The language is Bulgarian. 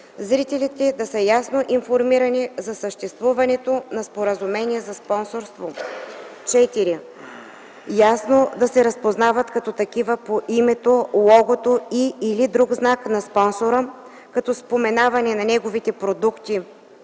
зрителите да са ясно информирани за съществуването на споразумение за спонсорство; 4. ясно да се разпознават като такива по името, логото и/или друг знак на спонсора, като споменаване на неговите продукти